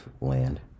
land